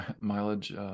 mileage